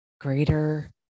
greater